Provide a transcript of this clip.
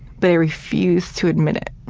but i refuse to admit it.